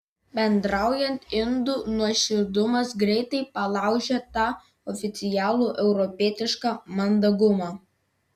bendraujant indų nuoširdumas greitai palaužia tą oficialų europietišką mandagumą